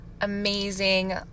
amazing